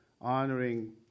honoring